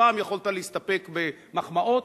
פעם יכולת להסתפק במחמאות,